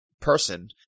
person